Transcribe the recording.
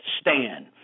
stand